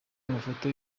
amafoto